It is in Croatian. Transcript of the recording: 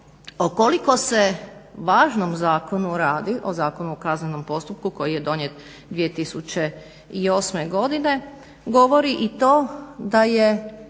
koliko se važnom zakonu radi, o Zakonu o kaznenom postupku koji je donijet 2008. godine govori i to da je